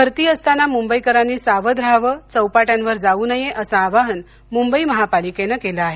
भरती असताना मुंबईकरांनी सावध रहावे चौपाट्यांवर जाऊ नये असे आवाहन मुंबई महापालिकेने केले आहे